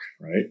right